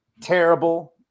terrible